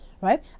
right